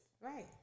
Right